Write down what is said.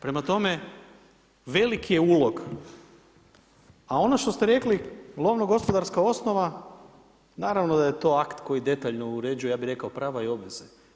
Prema tome, velik je ulog a ono što ste rekli, lovno-gospodarska osnova, naravno da je to akt koji detaljno uređuje, ja bi rekao prava i obveze.